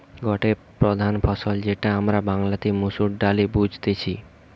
গটে প্রধান ফসল যেটা আমরা বাংলাতে মসুর ডালে বুঝতেছি